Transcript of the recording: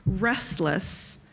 restless,